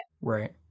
Right